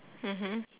mmhmm